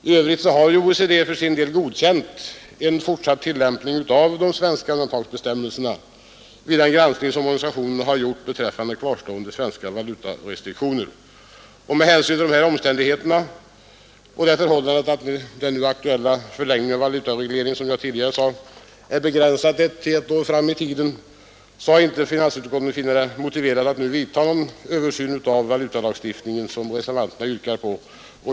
I övrigt har OECD godkänt en fortsatt tillämpning av de svenska undantagsbestämmelserna vid den granskning som organisationen har gjort beträffande kvarstående svenska valutarestriktioner. Med hänsyn till de här omständigheterna och det förhållandet att den nu aktuella förlängningen av valutaregleringen, som jag tidigare sade, är begränsad till ett år fram i tiden har inte finansutskottet funnit det motiverat att vidta den översyn av valutalagstiftningen som reservanterna yrkar på.